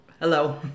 Hello